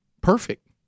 perfect